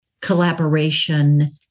collaboration